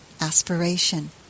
aspiration